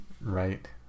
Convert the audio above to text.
Right